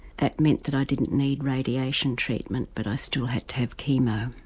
that meant that i didn't need radiation treatment but i still had to have chemo.